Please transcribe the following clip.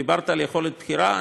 דיברת על יכולת בחירה?